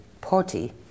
party